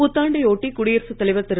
புத்தாண்டை ஒட்டி குடியரசுத் தலைவர் திரு